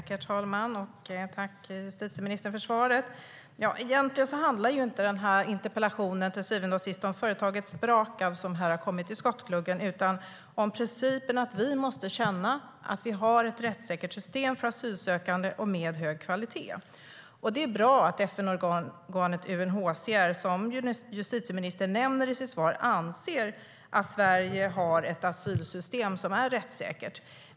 Herr talman! Jag tackar justitieministern för svaret. Det är bra att FN-organet UNHCR anser att Sverige har ett asylsystem som är rättssäkert, såsom justitieministern nämner i sitt svar.